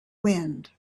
wind